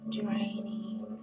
draining